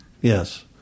Yes